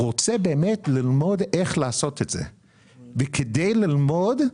רוצה באמת ללמוד איך לעשות את זה וכדי ללמוד,